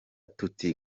tuti